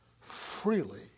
freely